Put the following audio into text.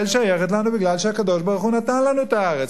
שייכת לנו מפני שהקדוש-ברוך-הוא נתן לנו את הארץ,